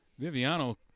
Viviano